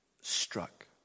struck